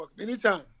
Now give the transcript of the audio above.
Anytime